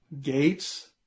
Gates